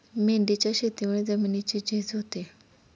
मेंढीच्या शेतीमुळे जमिनीची झीज होते